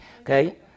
okay